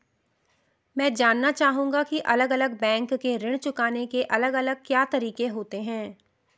मैं जानना चाहूंगा की अलग अलग बैंक के ऋण चुकाने के अलग अलग क्या तरीके होते हैं?